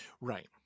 right